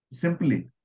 simply